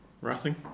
Racing